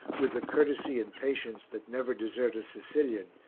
with the courtesy and patience that never desert a sicilian,